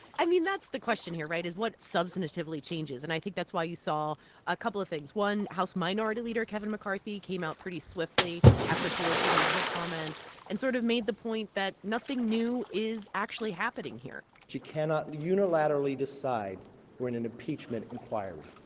i mean, that's the question here right? is what substantively substantively changes. and i think that's why you saw a couple of things one, house minority leader kevin mccarthy came out pretty swiftly after pelosi made her comments and sort of made the point that nothing new is actually happening here she cannot unilaterally decide we're in an impeachment inquiry.